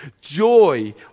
Joy